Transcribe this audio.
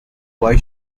why